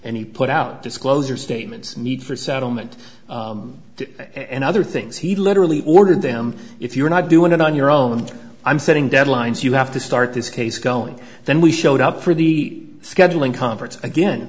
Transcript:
and he put out disclosure statements need for settlement and other things he literally ordered them if you're not doing it on your own i'm setting deadlines you have to start this case going then we showed up for the scheduling conference again